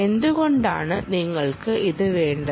എന്തുകൊണ്ടാണ് നിങ്ങൾക്ക് ഇത് വേണ്ടത്